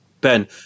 Ben